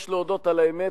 יש להודות על האמת,